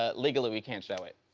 ah legally, we can't show it.